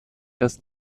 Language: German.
dass